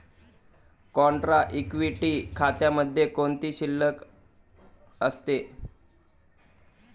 Contra equity खात्यामध्ये कोणती शिल्लक असते?